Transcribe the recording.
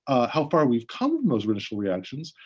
how far we've come from those initial reactions.